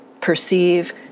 perceive